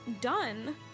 done